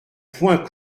point